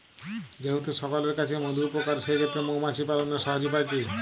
যেহেতু সকলের কাছেই মধু উপকারী সেই ক্ষেত্রে মৌমাছি পালনের সহজ উপায় কি?